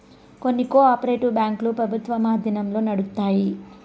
కొన్ని cooperative బ్యాంకులు ప్రభుత్వం ఆధీనంలో నడుత్తాయి